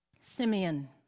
Simeon